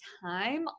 time